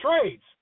trades